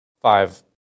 Five